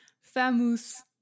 Famous